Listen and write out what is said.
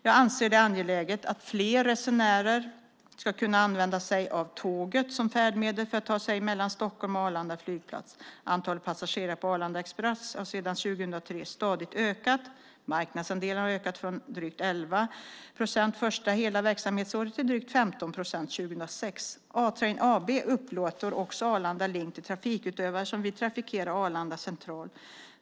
Jag anser det angeläget att fler resenärer ska kunna använda sig av tåget som färdmedel för att ta sig mellan Stockholm och Arlanda flygplats. Antalet passagerare på Arlanda Express har sedan 2003 stadigt ökat. Marknadsandelarna har ökat från drygt 11 procent första hela verksamhetsåret till drygt 15 procent 2006. A-Train AB upplåter också Arlanda link till trafikutövare som vill trafikera Arlanda Central.